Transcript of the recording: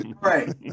Right